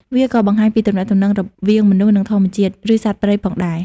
វាក៏បង្ហាញពីទំនាក់ទំនងរវាងមនុស្ស និងធម្មជាតិ ឬសត្វព្រៃផងដែរ។